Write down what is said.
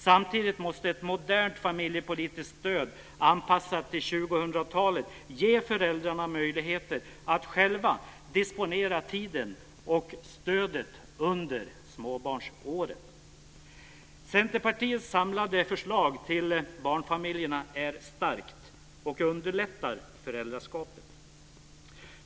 Samtidigt måste ett modernt familjepolitiskt stöd, anpassat till 2000 talet, ge föräldrarna möjligheter att själva disponera tiden och stödet under småbarnsåren. Centerpartiets samlade förslag till barnfamiljerna är starkt och underlättar föräldraskapet.